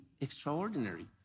extraordinary